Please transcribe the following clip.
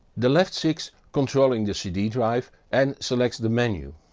the left six controlling the cd-drive and selects the menu.